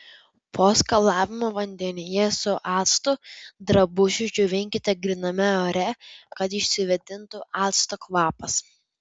po skalavimo vandenyje su actu drabužius džiovinkite gryname ore kad išsivėdintų acto kvapas